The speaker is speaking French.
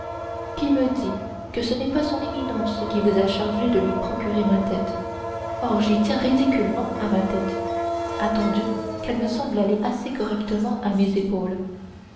qui me dit que ce n'est pas son éminence qui vous a chargé de lui procurer ma tête or j'y tiens ridiculement à ma tête attendu qu'elle me semble aller assez correctement à mes épaules